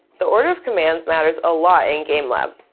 the order of commands matters a lot in game lab.